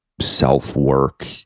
self-work